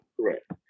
Correct